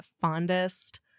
fondest